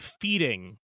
feeding